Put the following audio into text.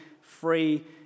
free